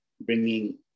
bringing